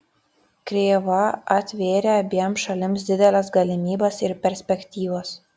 krėva atvėrė abiem šalims dideles galimybes ir perspektyvas